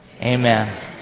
Amen